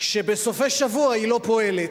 כשבסופי שבוע היא לא פועלת.